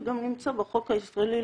וזה גם נמצא בחוק הישראלי,